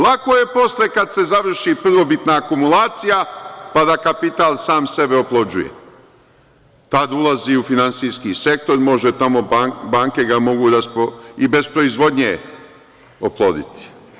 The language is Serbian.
Lako je posle kada se završi prvobitna akumulacija, pa da kapital sam sebe oplođuje, tad ulazi u finansijski sektor, banke ga mogu i bez proizvodnje oploditi.